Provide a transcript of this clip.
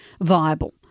viable